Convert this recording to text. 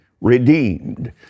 redeemed